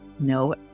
no